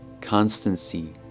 constancy